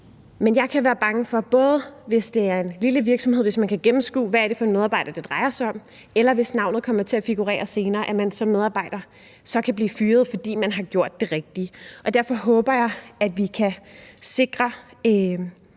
Men jeg kan være bange for – hvis det er en lille virksomhed – at man kan gennemskue, hvad det er for en medarbejder, det drejer sig om, eller – hvis navnet kommer til at figurere senere – at man som medarbejder så kan blive fyret, fordi man har gjort det rigtige. Derfor håber jeg, at vi kan sikre